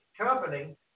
company